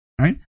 right